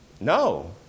no